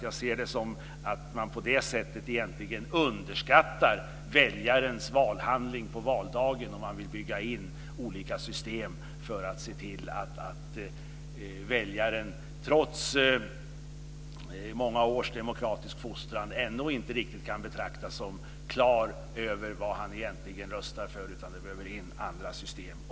Jag ser det nämligen som att man underskattar väljarens valhandling på valdagen om man vill bygga in olika system för att se till att väljaren, trots många års demokratisk fostran, inte riktigt kan betraktas som klar över vad han eller hon egentligen röstar för.